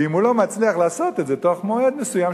ואם הוא לא מצליח לעשות את זה בתוך מועד מסוים,